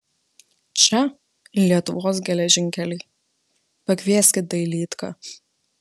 čia lietuvos geležinkeliai pakvieskit dailydką